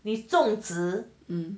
你种子